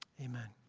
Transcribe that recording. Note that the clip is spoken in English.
amen,